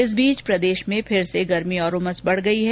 इस बीच प्रदेश में फिर से गर्मी और उमस बढ़ गई है